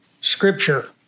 Scripture